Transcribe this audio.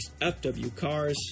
fwcars